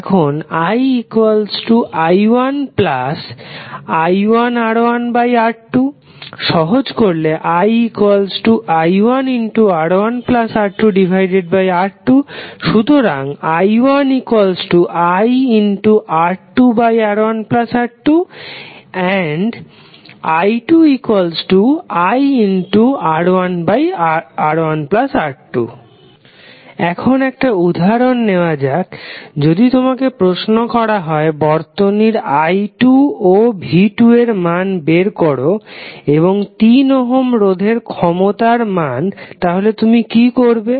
এখন ii1i1R1R2 সহজ করলে ii1R1R2R2 সুতরাং i1iR2R1R2 i2iR1R1R2 এখন একটা উদাহরণ নেওয়া যাক যদি তোমাকে প্রশ্ন করা হয় বর্তনীর i2 ও v2 এর মান বের করো এবং 3 ওহম রোধের ক্ষমতার মান তাহলে তুমি কি করবে